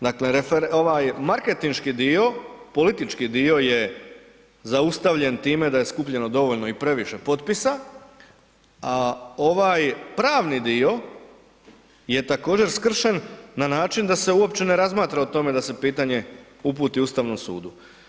Dakle ovaj marketinški dio, politički dio je zaustavljen time da je skupljeno dovoljno i previše potpisa, a ovaj pravni dio je također skršen na način da se uopće ne razmatra o tome da se pitanje uputi Ustavnom sudu.